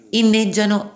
inneggiano